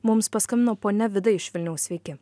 mums paskambino ponia vida iš vilniaus sveiki